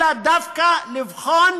אלא דווקא לבחון